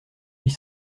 huit